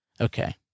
Okay